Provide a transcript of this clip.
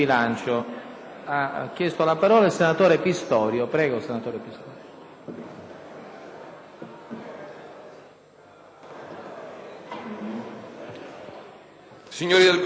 signori del Governo, colleghi, la mia sarà una dichiarazione breve, non soltanto perché